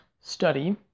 study